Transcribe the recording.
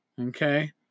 okay